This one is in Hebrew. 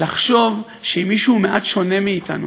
לחשוב שאם מישהו מעט שונה מאתנו,